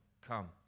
come